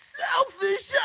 selfish